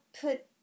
put